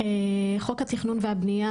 חוק התכנון והבנייה,